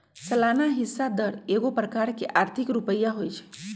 सलाना हिस्सा दर एगो प्रकार के आर्थिक रुपइया होइ छइ